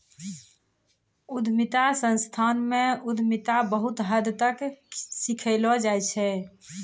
उद्यमिता संस्थान म उद्यमिता बहुत हद तक सिखैलो जाय छै